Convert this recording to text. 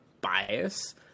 bias